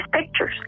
pictures